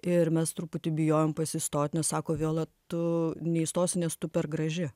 ir mes truputį bijojom pas jį stot nes sako viola tu neįstosi nes tu per graži